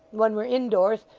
when we're indoors,